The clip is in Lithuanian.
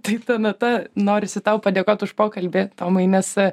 taip ta nata norisi tau padėkoti už pokalbį tomai nes